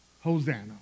Hosanna